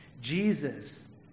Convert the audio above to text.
Jesus